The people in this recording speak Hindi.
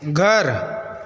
घर